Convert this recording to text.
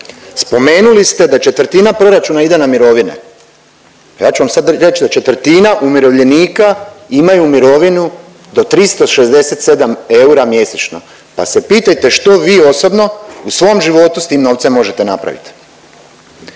Spomenuli ste da četvrtina proračuna ide na mirovine, ja ću vam sad reć da četvrtina umirovljenika imaju mirovinu do 367 eura mjesečno, pa se pitajte što vi osobno u svom životu s tim novcem možete napravit.